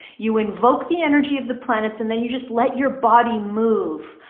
you invoke the energy of the planets, and then you just let your body move.